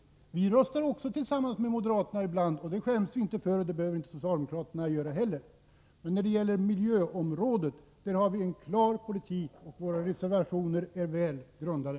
Också vi röstar ibland tillsammans med moderaterna, och det skäms vi inte över. Inte heller socialdemokraterna behöver skämmas över sådan samverkan. På miljöområdet har vi en klar politik, och våra reservationer är väl grundade.